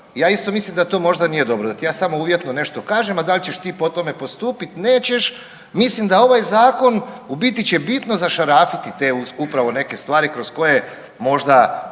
ja isto mislim da to možda nije dobro, da ti ja samo uvjetno nešto kažem, a da li ćeš ti po tome postupiti, nećeš, mislim da ovaj Zakon u biti će bitno zašarafiti te upravo neke stvari kroz koje možda,